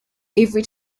every